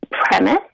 premise